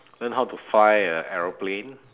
learn how to fly a aeroplane